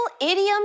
idiom